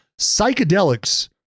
psychedelics